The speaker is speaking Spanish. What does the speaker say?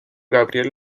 gabriel